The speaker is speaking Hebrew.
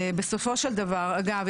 אגב,